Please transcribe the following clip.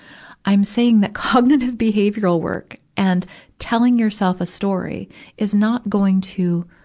i'm saying that cognitive behavioral work and telling yourself a story is not going to,